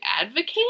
advocating